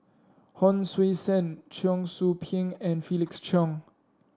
Hon Sui Sen Cheong Soo Pieng and Felix Cheong